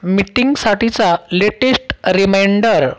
मिट्टिंगसाठीचा latest remainder